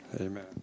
amen